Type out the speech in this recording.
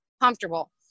Comfortable